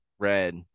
Red